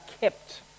kept